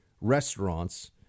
restaurants